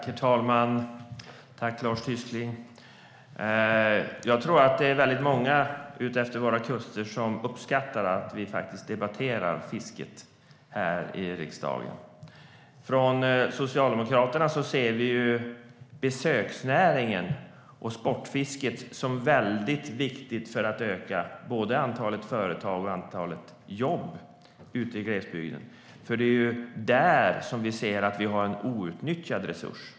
Herr talman! Jag tackar Lars Tysklind för detta. Jag tror att det är många utefter våra kuster som uppskattar att vi faktiskt debatterar fisket här i riksdagen. Vi från Socialdemokraterna ser besöksnäringen och sportfisket som mycket viktiga för att öka både antalet företag och antalet jobb ute i glesbygden. Det är där som vi ser att vi har en outnyttjad resurs.